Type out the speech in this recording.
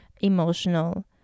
emotional